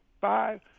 Five